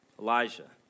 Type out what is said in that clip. Elijah